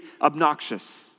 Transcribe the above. obnoxious